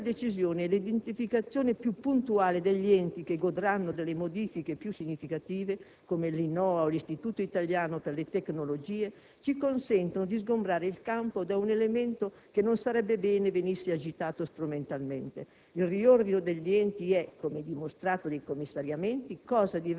Questa decisione e l'identificazione più puntuale degli enti che godranno delle modifiche più significative, come l'Istituto nazionale di ottica applicata o l'Istituto italiano di tecnologia, ci consentono di sgombrare il campo da un elemento che non sarebbe bene venisse agitato strumentalmente: il riordino degli enti è, come dimostrato dai commissariamenti,